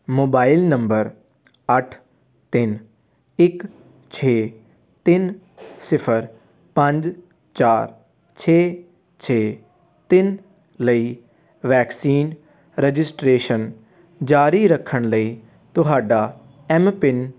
mobile number ਅੱਠ ਤਿੰਨ ਇੱਕ ਛੇ ਤਿੰਨ ਸਿਫਰ ਪੰਜ ਚਾਰ ਛੇ ਛੇ ਤਿੰਨ ਲਈ ਵੈਕਸੀਨ ਰਜਿਸਟ੍ਰੇਸ਼ਨ ਜਾਰੀ ਰੱਖਣ ਲਈ ਤੁਹਾਡਾ ਐਮ ਪਿੰਨ